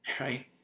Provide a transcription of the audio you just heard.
right